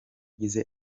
yagize